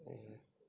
oh man